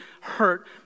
hurt